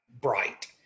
bright